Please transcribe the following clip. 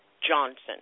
Johnson